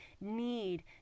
need